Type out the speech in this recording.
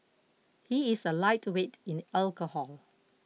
he is a lightweight in alcohol